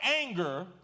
anger